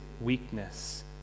weakness